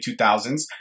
2000s